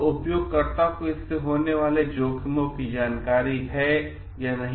तो उपयोगकर्ताओं को इससे होने वाले जोखिमों की जानकारी है या नहीं